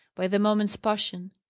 by the moment's passion.